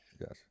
yes